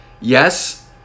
yes